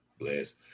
bless